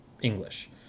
english